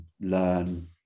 learn